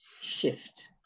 shift